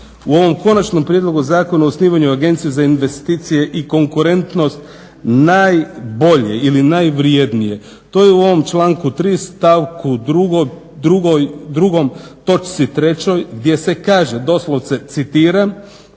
u ovom Konačnom prijedlogu zakona o osnivanju Agencije za investicije i konkurentnost, najbolje ili najvrjednije to je u ovom članku 3. stavku 2. točci 3. gdje se kaže doslovce, citiram: